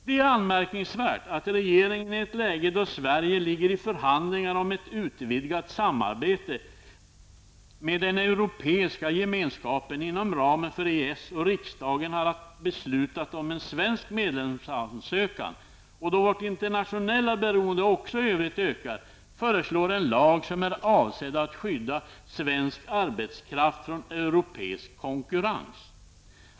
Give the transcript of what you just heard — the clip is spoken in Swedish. Det är anmärkningsvärt att regeringen i ett läge då Sverige ligger i förhandlingar om ett utvidgat samarbete med Europeiska gemenskapen inom ramen för EES, då riksdagen har beslutat om en svensk medlemskaps ansökan och då vårt internationella beroende också i övrigt ökar föreslår en lag som är avsedd att skydda svensk arbetskraft från europeisk konkurrens.